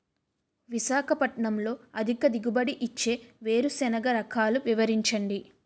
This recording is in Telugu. విశాఖపట్నంలో అధిక దిగుబడి ఇచ్చే వేరుసెనగ రకాలు వివరించండి?